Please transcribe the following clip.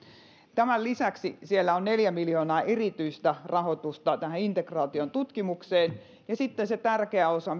tämän lisäksi siellä on neljä miljoonaa erityistä rahoitusta integraation tutkimukseen ja sitten on se tärkeä osa